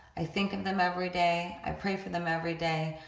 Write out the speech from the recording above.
i think of them every day. i pray for them every day.